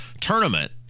tournament